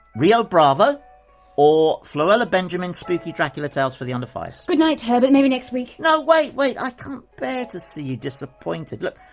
rio bravo or floella benjamin's spooky dracula tales for the under-fives. goodnight, herbert. maybe next week. no, wait! i can't bear to see you disappointed. look,